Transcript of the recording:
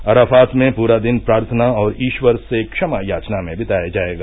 Arafat में पूरा दिन प्रार्थना और ईश्वर से क्षम याचना में बिताया जाएगा